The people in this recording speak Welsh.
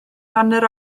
hanner